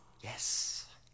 Yes